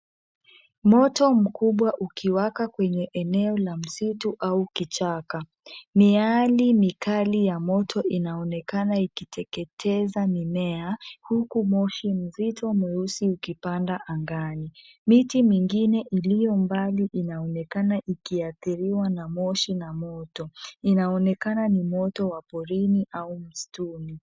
Moto mkubwa ukiwaka kwenye eneo la msitu au kichaka. Miali mikali ya moto inaonekana ikiteketeza mimea, huku moshi mzito mweusi ukipanda angani. Miti mingine iliyombali inaonekana ikiathiriwa na moshi na moto. Inaonekana ni moto wa porini au msituni.